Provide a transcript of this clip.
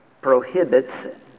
prohibits